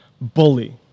bully